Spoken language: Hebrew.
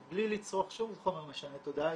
עוד בלי לצרוך שום חומר משנה תודעה,